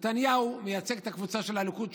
נתניהו מייצג את הקבוצה של הליכוד.